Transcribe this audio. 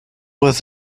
was